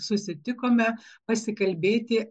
susitikome pasikalbėti